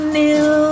new